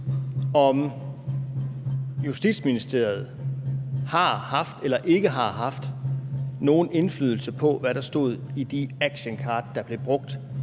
om Justitsministeriet har haft eller ikke har haft nogen indflydelse på, hvad der stod i de actioncard, der blev brugt